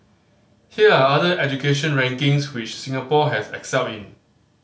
here are other education rankings which Singapore has excelled in